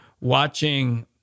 watching